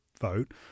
vote